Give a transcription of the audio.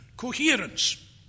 coherence